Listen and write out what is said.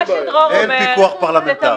אני מבין שצריך אישור פורמלי, אין בעיה.